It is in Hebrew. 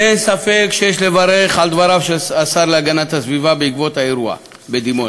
ואין ספק שיש לברך על דבריו של השר להגנת הסביבה בעקבות האירוע בדימונה.